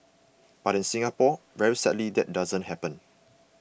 but in Singapore very sadly that doesn't happen